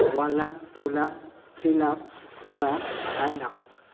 one lakh two lakh three lakh four lakh five lakh